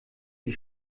die